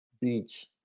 beach